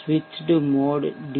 switched mode D